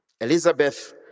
Elizabeth